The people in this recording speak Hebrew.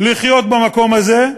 לחיות במקום הזה.